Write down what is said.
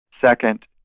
Second